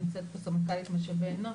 נמצאת פה סמנכ"לית משאבי אנוש,